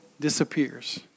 disappears